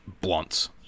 blunts